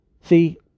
See